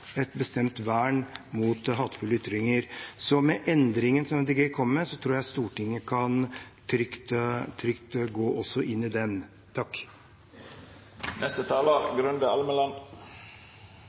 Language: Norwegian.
et bestemt vern mot hatefulle ytringer. Med endringen som Miljøpartiet De Grønne kommer med, tror jeg Stortinget trygt kan gå inn i den